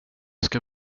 ska